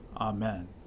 Amen